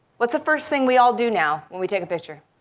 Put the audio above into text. what's the first thing we all do now when we take a picture?